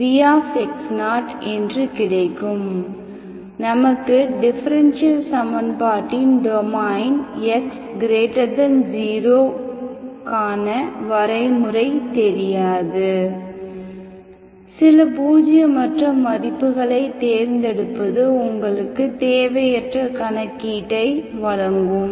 v என்று கிடைக்கும் நமக்கு டிஃபரென்ஷியல் சமன்பாட்டின் டொமைன் x 0 கான வரைமுறை தெரியாது சில பூஜ்ஜியமற்ற மதிப்புகளைத் தேர்ந்தெடுப்பது உங்களுக்கு தேவையற்ற கணக்கீட்டை வழங்கும்